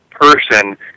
person